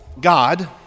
God